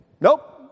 Nope